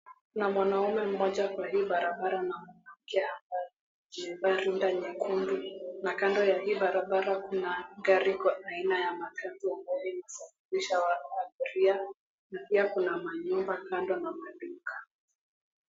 Kuna mwanaume mmoja kwa hii barabara na mwanamke ambae amevaa rinda nyekundu na kando ya hii barabara kuna gari kwa aina ya matatu ambayo inasafirisha abiria na pia kuna manyumba kando na maduka.